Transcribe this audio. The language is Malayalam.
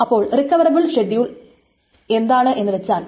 അപ്പോൾ റിക്കവറബിൾ ഷെഡ്യൂൾ എന്താണ് എന്ന് വച്ചാൽ